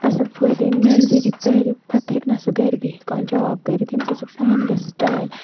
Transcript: اَصٕل فٲیدٕ میانہِ ذریعہٕ پَرِ پَتہٕ ہیٚکہِ نہ سُہ گرِ بِہِتھ کانٛہہ جاب کٔرِتھ ییٚمہِ سۭتۍ سُہ پانہٕ گژھِ سِٹینڈ